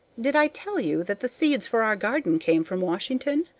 did i tell you that the seeds for our garden came from washington?